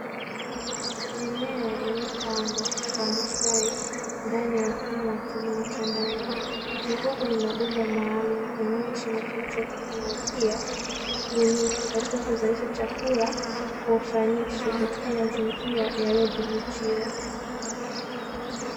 Mimea iliyopangwa kwa misitari ndani mfumo wa kilimo cha ndani, ikikua kwenye mabomba maalumu, inayoonyesha matumizi ya teknolojia, ubunifu katika kuzalisha chakula kwa ufanisi katika mazingira yaliyo dhibitiwa.